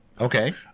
Okay